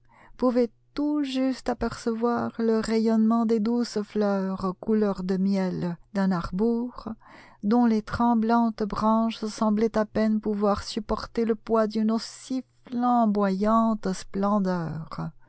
pouvait tout juste apercevoir le rayonnement des douces fleurs couleur de miel d'un aubour dont les tremblantes branches semblaient à peine pouvoir supporter le poids d'une aussi flamboyante splendeur